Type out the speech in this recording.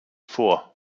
vor